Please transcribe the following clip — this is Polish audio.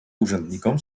urzędnikom